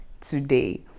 today